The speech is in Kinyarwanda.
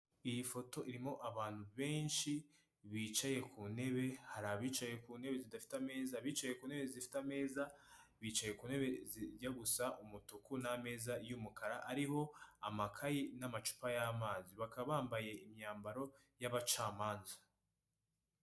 Iyi foto irimo abantu benshi bicaye ku ntebe, hari abicaye ku ntebe zidafite ameza, bicaye ku ntebe zifite ameza bicaye ku ntebe zijya gusa nk'umutuku n'ameza y'umukara ariho amakaye n'amacupa y'amazi, bakaba bambaye imyambaro y'abacamanza.